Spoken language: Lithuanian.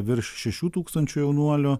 virš šešių tūkstančių jaunuolių